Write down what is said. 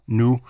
nu